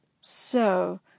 So